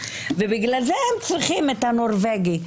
ובגלל זה הם צריכים את הנורבגי.